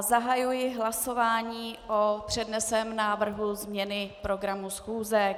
Zahajuji hlasování o předneseném návrhu změny programu schůze.